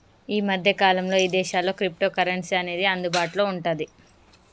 యీ మద్దె కాలంలో ఇదేశాల్లో క్రిప్టోకరెన్సీ అనేది అందుబాటులో వుంటాంది